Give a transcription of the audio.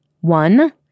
One